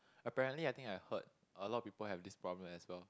apparently I think I heard a lot of people have this problem as well